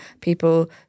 people